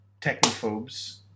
technophobes